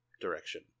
direction